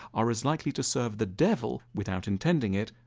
are as likely to serve the devil, without intending it,